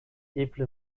eble